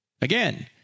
Again